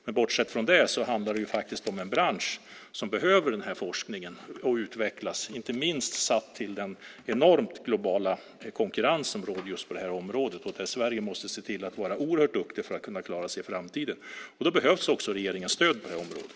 Men bortsett från det handlar det faktiskt om en bransch som behöver denna forskning för att utvecklas, inte minst med tanke på den enormt globala konkurrens som råder just på detta område och där Sverige måste se till att vara oerhört duktigt för att kunna klara sig i framtiden. Då behövs också regeringens stöd på detta område.